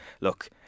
look